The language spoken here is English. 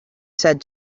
said